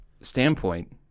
standpoint